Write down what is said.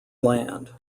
land